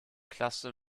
klasse